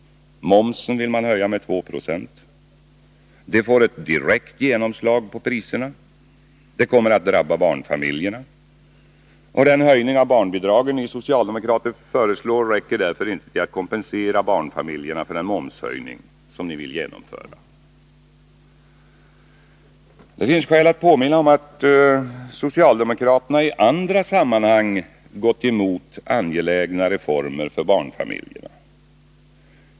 Momsen vill man höja med2 9. Det får ett direkt genomslag på priserna. Det kommer att drabba barnfamiljerna. Den höjning av barnbidragen ni socialdemokrater föreslår räcker därför inte till för att kompensera barnfamiljerna för den momshöjning som ni vill genomföra. Det finns skäl att påminna om att socialdemokraterna i andra sammanhang gått emot angelägna reformer för barnfamiljerna.